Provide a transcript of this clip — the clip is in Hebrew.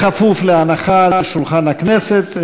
בכפוף להנחה על שולחן הכנסת.